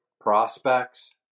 prospects